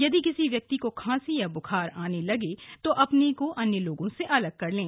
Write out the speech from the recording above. यदि किसी व्यक्ति को खांसी और ब्खार आने लगे तो अपने को अन्य लोगों से अलग कर लें